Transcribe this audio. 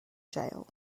jail